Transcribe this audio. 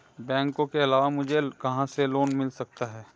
बैंकों के अलावा मुझे कहां से लोंन मिल सकता है?